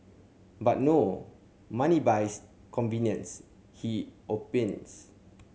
but no money buys convenience he